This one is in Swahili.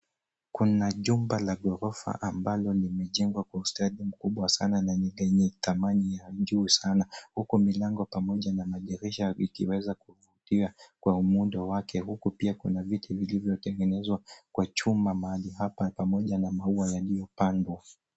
Kuna jumba la ghorofa ambalo limejengwa kwa ustadi mkubwa sana na lenye thamana ya juu sana huku milango pamoja na madirisha yakiweza kuvutia kwa muundo wake huku pia kuna viti vilivyotengenezwa kwa chuma mahali hapa pamoja na maua yaliyopandwa.